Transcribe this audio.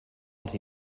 els